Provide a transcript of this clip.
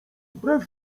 brew